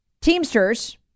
Teamsters